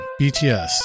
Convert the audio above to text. BTS